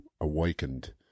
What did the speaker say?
awakened